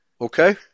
okay